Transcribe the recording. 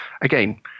again